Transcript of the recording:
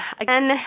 again